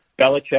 Belichick